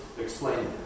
explain